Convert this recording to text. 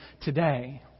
today